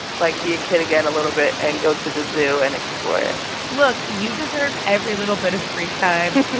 like, be a kid again a little bit and go to the zoo and explore it look, you deserve every little bit of free time.